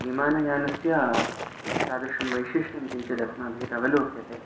विमानयानस्य तादृशं वैशिष्ट्यं किञ्चिद् अस्माभिरवलोक्यते